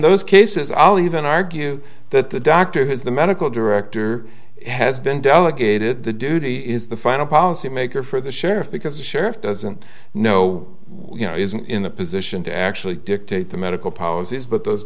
those cases i'll even argue that the doctor has the medical director has been delegated the duty is the final policy maker for the sheriff because the sheriff doesn't know you know is in a position to actually dictate the medical policies but those